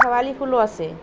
শেৱালি ফুলো আছে